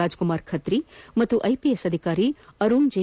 ರಾಜ್ಕುಮಾರ್ ಖತ್ರಿ ಹಾಗೂ ಐಪಿಎಸ್ ಅಧಿಕಾರಿ ಅರುಣ್ ಜೆ